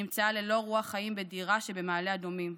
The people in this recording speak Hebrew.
נמצאה ללא רוח חיים בדירה שבמעלה אדומים.